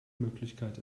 möglichkeit